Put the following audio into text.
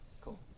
Cool